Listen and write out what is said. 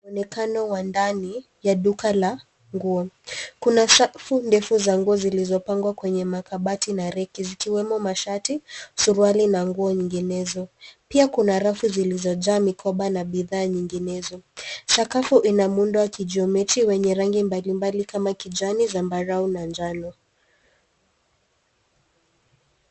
Mwonekano wa ndani ya duka la nguo. Kuna safu ndefu za nguo zilizopangwa kwenye makabati na reki, zikiwemo mashati, suruali na nguo nyinginezo. Pia kuna rafu zilizojaa mikoba na bidhaa nyinginezo. Sakafu ina muundo wa kijometri wenye rangi mbalimbali kama kijani, zambarau na njano.